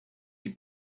die